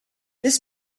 this